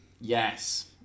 Yes